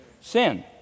Sin